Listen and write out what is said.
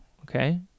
Okay